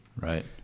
right